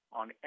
on